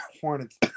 Hornets